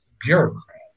bureaucrat